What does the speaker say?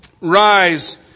rise